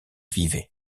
vivait